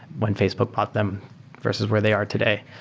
when facebook bought them versus where they are today.